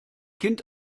kind